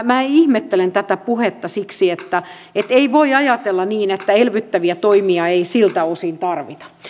minä ihmettelen tätä puhetta siksi että ei voi ajatella niin että elvyttäviä toimia ei siltä osin tarvita